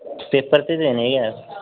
paper ते देने गै न